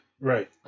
right